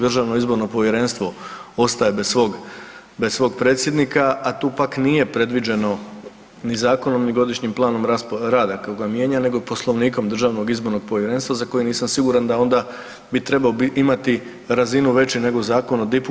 Državno izborno povjerenstvo ostaje bez svog predsjednika, a tu pak nije predviđeno ni zakonom ni godišnjim planom rada kojega mijenja, nego Poslovnikom Državnog izbornog povjerenstva za koji nisam siguran da onda bi trebao imati razinu veću nego Zakon o DIP-u.